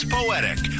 Poetic